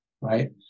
right